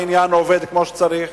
העניין עובד כמו שצריך?